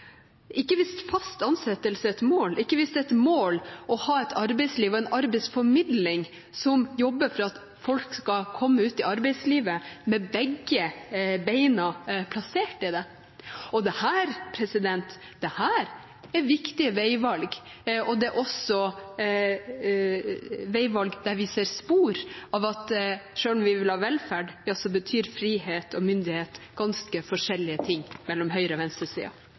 er et mål å ha et arbeidsliv og en arbeidsformidling som jobber for at folk skal komme ut i arbeidslivet med begge bena plassert i det. Dette er viktige veivalg. Det er også veivalg der vi ser spor av at selv om vi vil ha velferd, så betyr frihet og myndighet ganske forskjellige ting for høyre- og